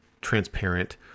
transparent